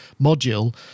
module